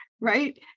right